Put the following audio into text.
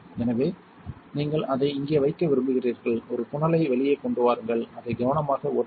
எனவே நீங்கள் அதை இங்கே வைக்க விரும்புகிறீர்கள் ஒரு புனலை வெளியே கொண்டு வாருங்கள் அதை கவனமாக ஊற்றவும்